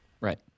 Right